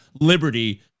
Liberty